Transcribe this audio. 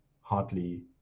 hardly